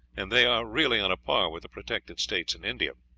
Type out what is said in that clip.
and they are really on a par with the protected states in india.